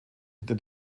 hinter